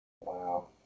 Wow